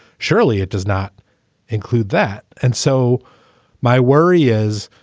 surely it does not include that. and so my worry is,